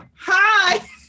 Hi